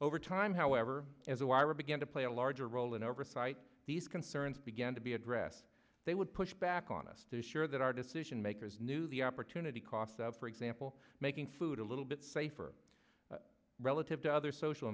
over time however as a wire began to play a larger role in oversight these concerns began to be addressed they would push back on us to assure that our decision makers knew the opportunity cost of for example making food a little bit safer relative to other social